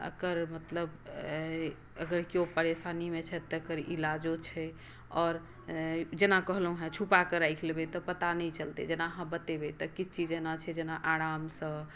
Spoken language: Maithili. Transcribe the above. एकर मतलब अगर कोइ परेशानीमे छथि तकर ईलाजो छै आओर जेना कहलहुँ हॅं छुपाक राखि लेबै तऽ पता नहीं चलतै जेना अहाँ बतेबै तऽ किछु चीज ऐना छै जेना आरामसँ